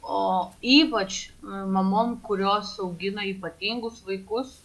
o ypač mamom kurios augina ypatingus vaikus